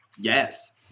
Yes